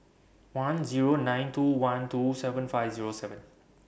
one Zero nine two one two seven five Zero seven